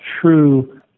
true